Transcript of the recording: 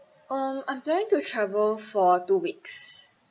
um I'm planning to travel for two weeks